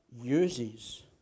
uses